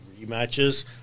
rematches